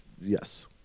yes